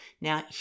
Now